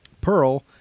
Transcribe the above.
Pearl